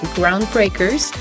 Groundbreakers